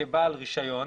כבעל רישיון.